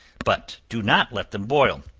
but do not let them boil